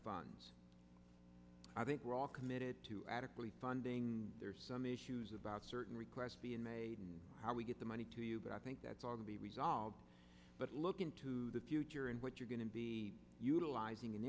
funds i think we're all committed to adequate funding there are some issues about certain requests being made and how we get the money to you but i think that's all to be resolved but look into the future and what you're going to be utilizing and